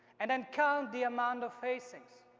and then count the amount of facings.